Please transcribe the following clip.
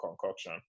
concoction